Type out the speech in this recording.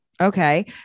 okay